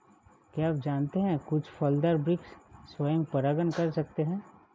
क्या आप जानते है कुछ फलदार वृक्ष स्वयं परागण कर सकते हैं?